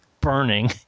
burning